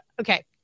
Okay